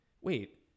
wait